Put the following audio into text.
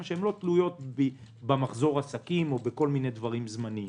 תלויות במחזור עסקים או בכל מיני דברים זמניים.